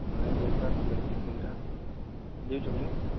ଆଜ୍ଞା ଦରକାର ଥିଲା ଦୁଇ ତିନିଟା ଦେଇଚ ନା